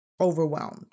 overwhelmed